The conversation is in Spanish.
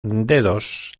dedos